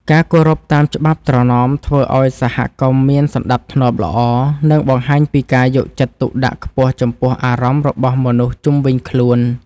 ការគោរពតាមច្បាប់ត្រណមធ្វើឱ្យសហគមន៍មានសណ្តាប់ធ្នាប់ល្អ និងបង្ហាញពីការយកចិត្តទុកដាក់ខ្ពស់ចំពោះអារម្មណ៍របស់មនុស្សជុំវិញខ្លួន។